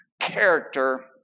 character